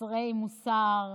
חסרי מוסר,